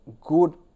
good